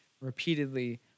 repeatedly